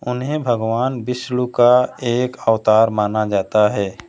उन्हें भगवान विष्णु का एक अवतार माना जाता है